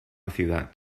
ciudad